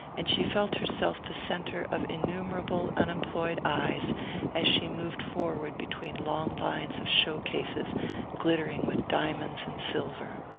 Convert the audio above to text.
and she felt herself the centre of innumerable unemployed eyes as she moved forward between long lines of show-cases glittering with diamonds and silver.